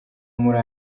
muri